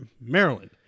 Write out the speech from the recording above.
Maryland